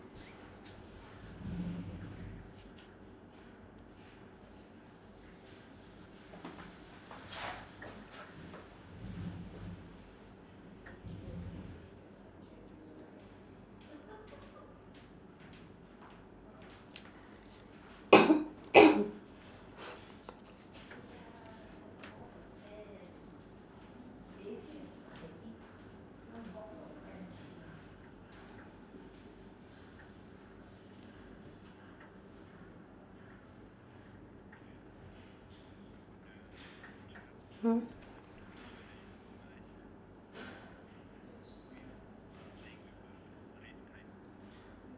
hmm